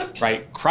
right